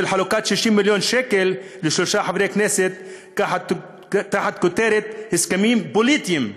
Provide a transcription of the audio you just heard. חלוקת 60 מיליון שקלים לשלושה חברי כנסת תחת הכותרת "הסכמים פוליטיים".